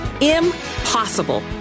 Impossible